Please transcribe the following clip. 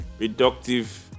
reductive